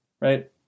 right